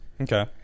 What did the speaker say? Okay